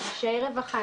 אנשי רווחה,